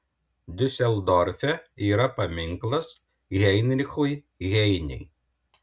diuseldorfe yra paminklas heinrichui heinei